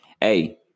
Hey